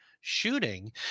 shooting